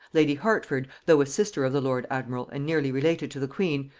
lady hertford, though a sister of the lord admiral and nearly related to the queen,